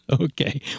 Okay